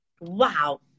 wow